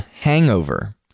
hangover